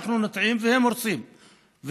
אנחנו נוטעים, והם עוקרים.